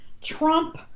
Trump